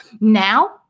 now